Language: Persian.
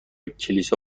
کلیسا